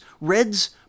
reds